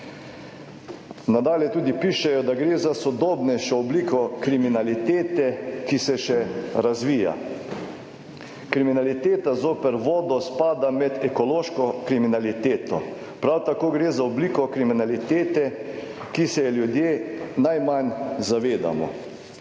Nadalje tudi pišejo, da gre za sodobnejšo obliko kriminalitete, ki se še razvija. Kriminaliteta zoper vodo spada med ekološko kriminaliteto. Prav tako gre za obliko kriminalitete, ki se je ljudje najmanj zavedamo